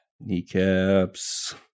kneecaps